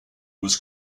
was